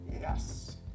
yes